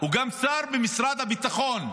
הוא גם שר במשרד הביטחון.